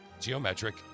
Geometric